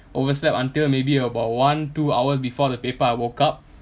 overslept until maybe about one two hours before the paper I woke up